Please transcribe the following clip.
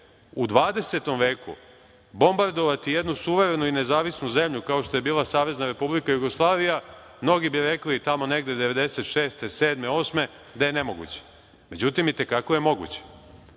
u 20. veku bombardovati jednu suverenu i nezavisnu zemlju, kao što je bila Savezna Republika Jugoslavija, mnogi bi rekli tamo negde 1996. 1997. 1998. da je nemoguće. Međutim, i te kako je moguće. Dakle,